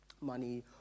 money